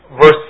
verse